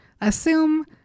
assume